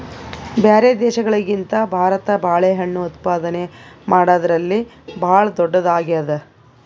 ಬ್ಯಾರೆ ದೇಶಗಳಿಗಿಂತ ಭಾರತ ಬಾಳೆಹಣ್ಣು ಉತ್ಪಾದನೆ ಮಾಡದ್ರಲ್ಲಿ ಭಾಳ್ ಧೊಡ್ಡದಾಗ್ಯಾದ